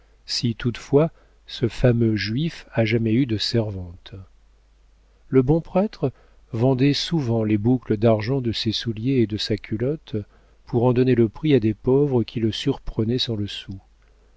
si toutefois ce fameux juif a jamais eu de servante le bon prêtre vendait souvent les boucles d'argent de ses souliers et de sa culotte pour en donner le prix à des pauvres qui le surprenaient sans le sou